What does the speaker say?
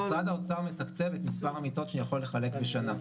משרד האוצר מתקצב את מספר המיטות שיכול לחלק בשנה,